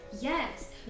Yes